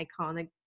iconic